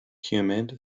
humid